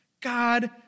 God